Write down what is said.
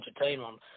Entertainment